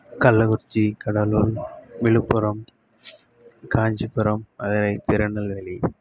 Kallakurichi Cuddalore Villupuram Kanchipuram Madurai Tirunelveli